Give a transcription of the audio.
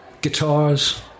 Guitars